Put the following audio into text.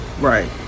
Right